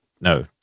No